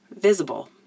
visible